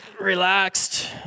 relaxed